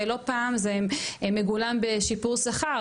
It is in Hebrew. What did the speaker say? ולא פעם זה מגולם בשיפור שכר,